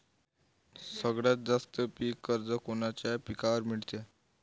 सगळ्यात जास्त पीक कर्ज कोनच्या पिकावर मिळते?